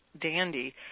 dandy